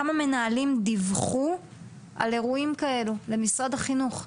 כמה מנהלים דיווחו על אירועים כאלה למשרד החינוך.